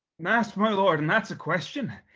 mas, my lord, and that's a question.